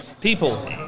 people